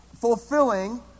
fulfilling